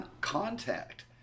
contact